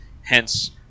Hence